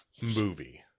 movie